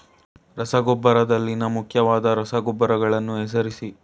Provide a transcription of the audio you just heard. ರಸಗೊಬ್ಬರದಲ್ಲಿನ ಮುಖ್ಯವಾದ ರಸಗೊಬ್ಬರಗಳನ್ನು ಹೆಸರಿಸಿ?